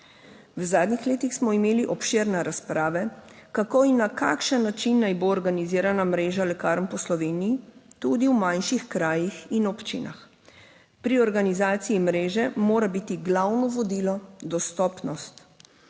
V zadnjih letih smo imeli obširne razprave, kako in na kakšen način naj bo organizirana mreža lekarn po Sloveniji, tudi v manjših krajih in občinah. Pri organizaciji mreže mora biti glavno vodilo dostopnost.